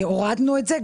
הורדנו את זה.